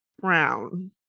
brown